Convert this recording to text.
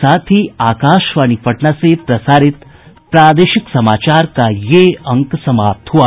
इसके साथ ही आकाशवाणी पटना से प्रसारित प्रादेशिक समाचार का ये अंक समाप्त हुआ